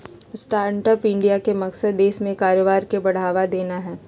stand up India के मकसद देश में कारोबार के बढ़ावा देना हइ